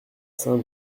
saint